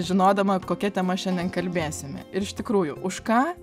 žinodama kokia tema šiandien kalbėsime ir iš tikrųjų už ką